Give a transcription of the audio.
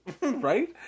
Right